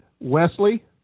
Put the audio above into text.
Wesley